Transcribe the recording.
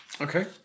Okay